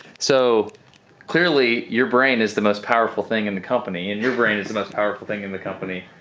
so clearly your brain is the most powerful thing in the company and your brain is the most powerful thing in the company.